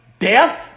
death